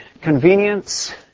convenience